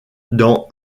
dans